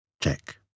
Check